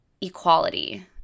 equality